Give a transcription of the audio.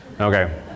Okay